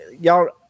y'all